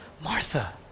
martha